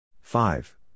five